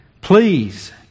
please